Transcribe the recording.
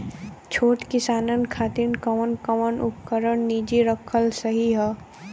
छोट किसानन खातिन कवन कवन उपकरण निजी रखल सही ह?